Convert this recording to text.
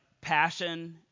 passion